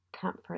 comfort